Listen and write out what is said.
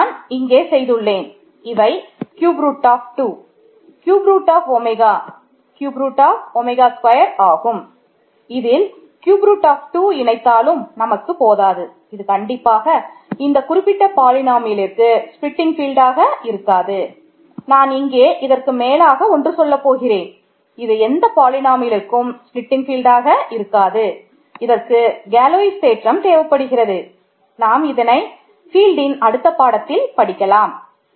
இதில் கியூப் அடுத்த பாடத்தில் படிக்கலாம்